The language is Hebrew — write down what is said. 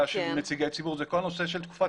באותו כפר והסיכוי שראש המועצה הוא קרוב משפחה,